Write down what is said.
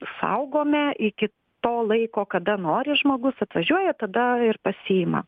saugome iki to laiko kada nori žmogus atvažiuoja tada ir pasiima